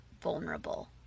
vulnerable